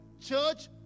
Church